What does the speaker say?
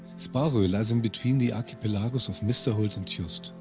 sparo lies in between the archipelagos of misterhult and tjust,